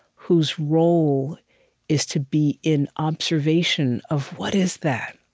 whose role is to be in observation of what is that?